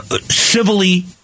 civilly